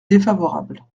défavorable